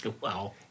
Wow